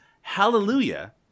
Hallelujah